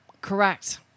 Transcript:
Correct